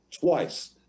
twice